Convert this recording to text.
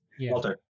Walter